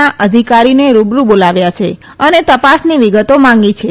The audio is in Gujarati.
ના અધિકારીને રૂબરૂ બોલાવ્યા છે અને તપાસની વિગતો માંગી છે